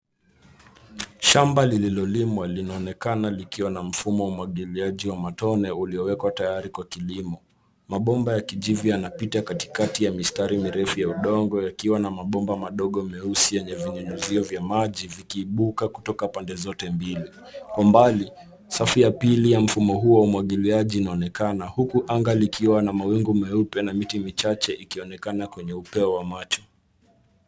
Shamba lililolimwa linaonekana likiwa na mfumo wa umwagiliaji wa matone uliowekwa tayari kwa kilimo. Mabomba ya kijivu yanapita katikati ya mistari mirefu ya udongo yakiwa na mabomba madogo meusi yenye vinyunyizio vya maji vikiibuka kutoka pande zote mbili. Kwa mbali, safu ya pili ya mfumo huo wa umwagiliaji inaonekana huku anaga likiwa na mawingu meupe na miti michache ikionekana kwenye upeo wa macho.